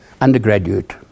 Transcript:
undergraduate